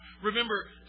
Remember